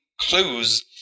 clues